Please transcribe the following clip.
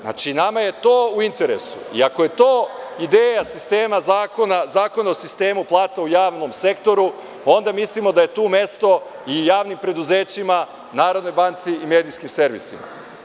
Znači, nama je to u interesu i ako je to ideja sistema zakona, Zakona o sistemu plata u javnom sektoru, onda mislimo da je tu mesto i javnim preduzećima, Narodnoj banci i medijskim servisima.